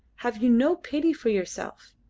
have you no pity for yourself?